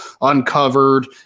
uncovered